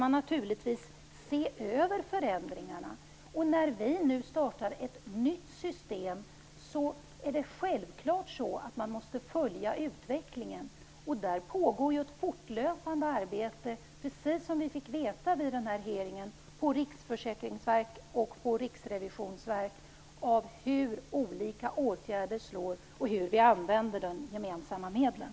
När vi nu startar ett nytt system måste utvecklingen självklart följas. På Riksförsäkringsverket och Riksrevisionsverket pågår fortlöpande, som vi fick veta på nämnda hearing, ett arbete med studier av hur olika åtgärder slår och hur vi använder de gemensamma medlen.